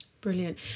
Brilliant